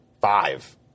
five